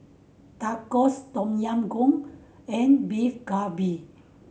Tacos Tom Yam Goong and Beef Galbi